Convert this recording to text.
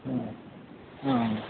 आं